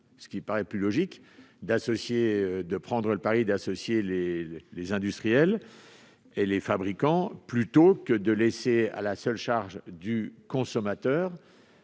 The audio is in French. ce qui paraît plus logique. Il faudrait prendre le pari d'associer les industriels et les fabricants, plutôt que de laisser à la seule charge du consommateur